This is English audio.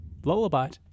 Lullabot